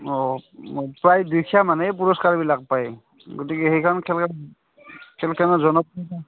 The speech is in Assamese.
অঁ প্ৰায় দুখীয়া মানুহেই পুৰস্কাৰবিলাক পাই গতিকে সেইখন খেলত খেলখনৰ জনপ্